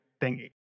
thingy